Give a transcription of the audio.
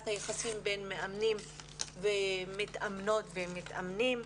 היחסים בין מאמנים ומתאמנות ומתאמנים.